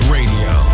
Radio